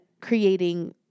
creating